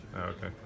okay